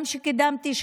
שקידמתי גם,